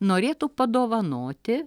norėtų padovanoti